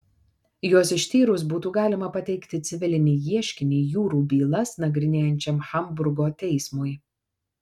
juos ištyrus būtų galima pateikti civilinį ieškinį jūrų bylas nagrinėjančiam hamburgo teismui